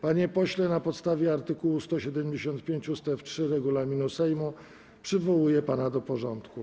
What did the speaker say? Panie pośle, na podstawie art. 175 ust. 3 regulaminu Sejmu przywołuję pana do porządku.